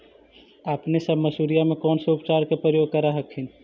अपने सब मसुरिया मे कौन से उपचार के प्रयोग कर हखिन?